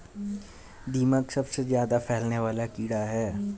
दीमक सबसे ज्यादा फैलने वाला कीड़ा है